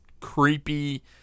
creepy